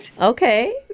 Okay